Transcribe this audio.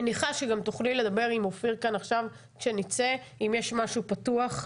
ואני מניחה שגם תוכלי לדבר עם אופיר כאן כשנצא אם יש משהו פתוח,